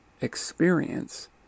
experience